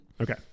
Okay